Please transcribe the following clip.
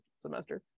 semester